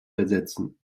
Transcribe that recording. ersetzen